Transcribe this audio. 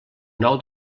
nou